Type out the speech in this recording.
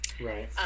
right